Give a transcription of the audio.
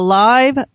live